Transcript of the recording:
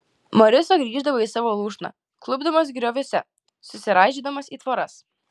moriso grįždavo į savo lūšną klupdamas grioviuose susiraižydamas į tvoras